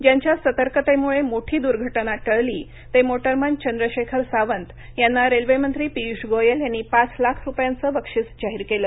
ज्यांच्या सतर्कतेमुळे मोठी दुर्षटना टळली ते मोटरमन चंद्रशेखर सावंत यांना रेल्वेमंत्री पीयूष गोयल यांनी पाच लाख रुपयांचं बक्षीस जाहीर केलं